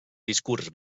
discurs